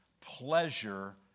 pleasure